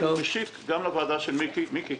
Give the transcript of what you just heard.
הוא משיק גם לוועדה בראשות חבר הכנסת מיקי לוי.